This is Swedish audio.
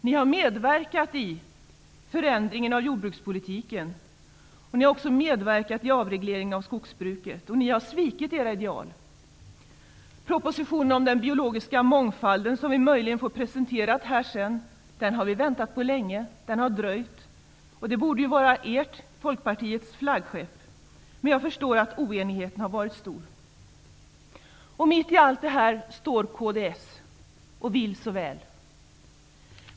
Ni har medverkat i förändringen av jordbrukspolitiken, och ni har också medverkat till avregleringen av skogsbruket. Ni har svikit era ideal. Propositionen om den biologiska mångfalden, som vi möjligen får presenterad här sedan, har vi väntat på länge. Den har dröjt. Den borde vara Folkpartiets flaggskepp. Men jag förstår att oenigheten har varit stor. Mitt i allt det här står kds och vill så väl.